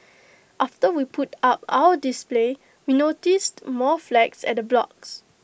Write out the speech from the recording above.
after we put up our display we noticed more flags at the blocks